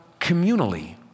communally